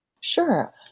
Sure